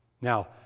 now